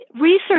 research